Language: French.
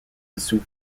dessous